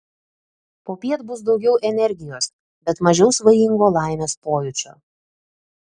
popiet bus daugiau energijos bet mažiau svajingo laimės pojūčio